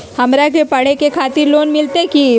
हमरा के पढ़े के खातिर लोन मिलते की?